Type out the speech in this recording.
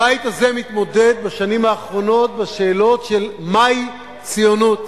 הבית הזה מתמודד בשנים האחרונות בשאלות של מהי ציונות,